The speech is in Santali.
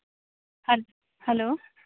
ᱦᱮᱞᱳ